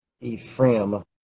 Ephraim